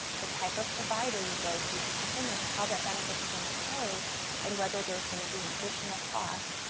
the type of provider you go to determines how that benefit's gonna pay and whether there's gonna be an additional cost,